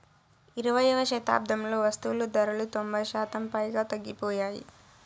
ఇరవైయవ శతాబ్దంలో వస్తువులు ధరలు తొంభై శాతం పైగా తగ్గిపోయాయి